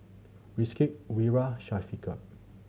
Rizqi Wira Syafiqah